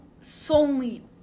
solely